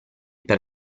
per